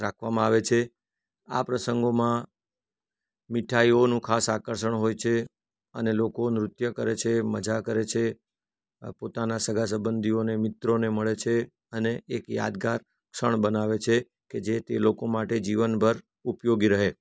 રાખવામાં આવે છે આ પ્રસંગોમાં મીઠાઈઓનું ખાસ આકર્ષણ હોય છે અને લોકો નૃત્ય કરે છે મજા કરે છે આ પોતાના સગા સબંધીઓને મિત્રોને મળે છે ને અને એક યાદગાર ક્ષણ બનાવે છે કે જે તે લોકો માટે જીવનભર ઉપયોગી રહે